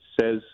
says